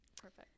perfect